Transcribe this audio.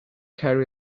carry